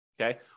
Okay